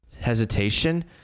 hesitation